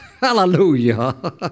Hallelujah